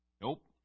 Nope